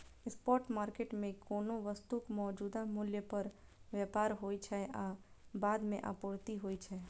spot market मे कोनो वस्तुक मौजूदा मूल्य पर व्यापार होइ छै आ बाद मे आपूर्ति होइ छै